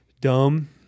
dumb